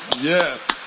Yes